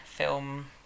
film